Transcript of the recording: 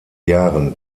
jahren